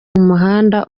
umuhanda